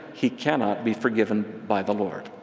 he cannot be forgiven by the lord.